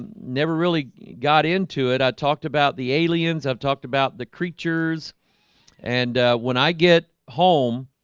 and never really got into it. i talked about the aliens. i've talked about the creatures and when i get home,